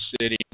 city